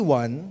one